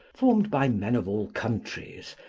formed by men of all countries,